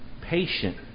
patient